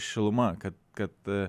šiluma kad kad